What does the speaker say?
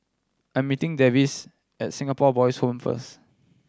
I'm meeting Davis at Singapore Boys' Home first